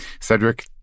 Cedric